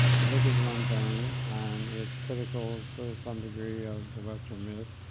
the book is one thing, and it's critical to some degree of the western myth,